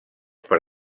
per